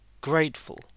grateful